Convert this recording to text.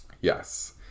Yes